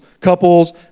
couples